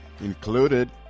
Included